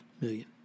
million